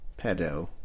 pedo